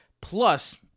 plus